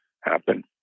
happen